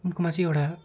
उनकोमा चाहिँ एउटा